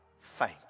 thank